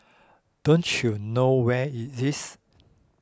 don't you know where it is